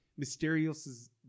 Mysterio's